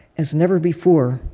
as never before